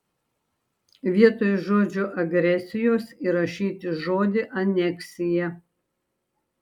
vietoj žodžio agresijos įrašyti žodį aneksija